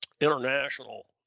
international